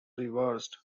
reversed